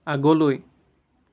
আগলৈ